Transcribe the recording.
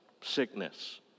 sickness